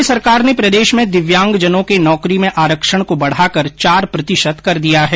राज्य सरकार ने प्रदेश में दिव्यांगजनों के नौकरी में आरक्षण को बढ़ाकर चार प्रतिशत कर दिया है